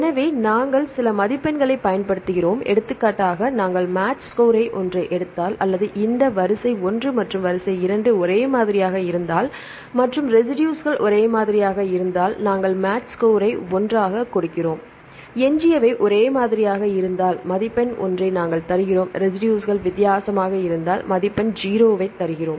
எனவே நாங்கள் சில மதிப்பெண்களைப் பயன்படுத்துகிறோம் எடுத்துக்காட்டாக நாங்கள் மேட்ச் ஸ்கோரை ஒன்று எடுத்தால் அல்லது இந்த வரிசை 1 மற்றும் வரிசை 2 ஒரே மாதிரியாக இருந்தால் மற்றும் ரெசிடுஸ்கள் ஒரே மாதிரியாக இருந்தால் நாங்கள் மேட்ச் ஸ்கோரை ஒன்றைக் கொடுக்கிறோம் எஞ்சியவை ஒரே மாதிரியாக இருந்தால் மதிப்பெண் ஒன்றை நாங்கள் தருகிறோம் ரெசிடுஸ்கள் வித்தியாசமாக இருந்தால் மதிப்பெண் 0 ஐ தருகிறோம்